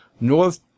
North